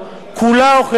כולה או חלקה,